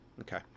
okay